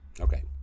Okay